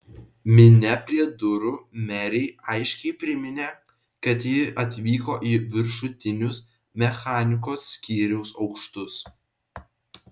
minia prie durų merei aiškiai priminė kad ji atvyko į viršutinius mechanikos skyriaus aukštus